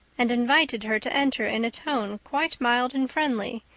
and invited her to enter in a tone quite mild and friendly,